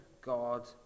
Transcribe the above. God